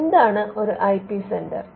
എന്താണ് ഒരു I P centre